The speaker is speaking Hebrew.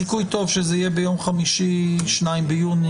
יש סיכוי טוב שהדיון הבא יתקיים ביום חמישי ה-2 ביוני.